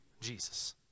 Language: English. Jesus